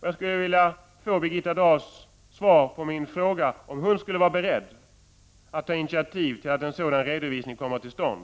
Jag skulle vilja få ett svar av Birgitta Dahl på min fråga om hon är beredd att ta ett initiativ till att en sådan redovisning kommer till stånd.